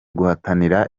guhatanira